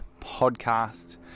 Podcast